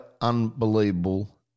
unbelievable